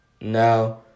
now